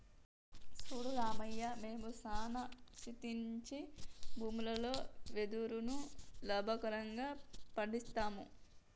సూడు రామయ్య మేము సానా క్షీణించి భూములలో వెదురును లాభకరంగా పండిస్తాము